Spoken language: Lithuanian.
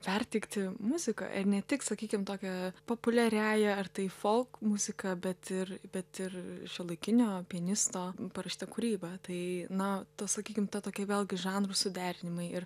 perteikti muzika ir ne tik sakykim tokia populiariąja ar tai folk muzika bet ir bet ir šiuolaikinio pianisto parašyta kūryba tai na tas sakykim ta tokia vėlgi žanrų suderinimai ir